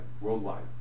worldwide